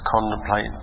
contemplate